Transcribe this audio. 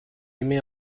aimait